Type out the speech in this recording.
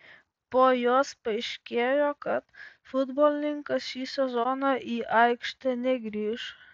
po jos paaiškėjo kad futbolininkas šį sezoną į aikštę negrįš